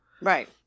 Right